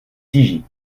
tigy